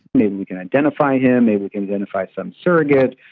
maybe we can identify him, maybe we can identify some surrogate,